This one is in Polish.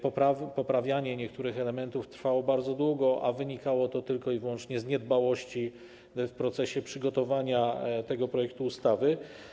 Poprawianie niektórych elementów trwało bardzo długo, a wynikało to tylko i wyłącznie z niedbałości w procesie przygotowywania tego projektu ustawy.